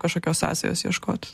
kažkokios sąsajos ieškot